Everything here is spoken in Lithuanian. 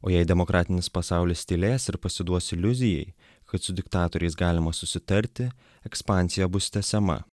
o jei demokratinis pasaulis tylės ir pasiduos iliuzijai kad su diktatoriais galima susitarti ekspansija bus tęsiama